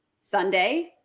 Sunday